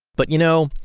but you know,